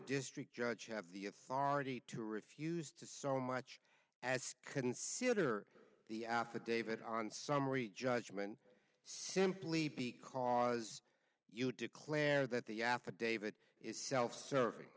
district judge have the authority to refuse to so much as consider the affidavit on summary judgment simply because you declare that the affidavit is self serving